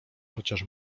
chociaż